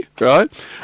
right